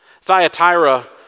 Thyatira